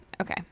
Okay